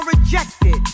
rejected